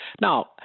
Now